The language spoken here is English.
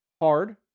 hard